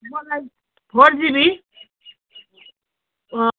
मलाई four GB अँ